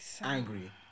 angry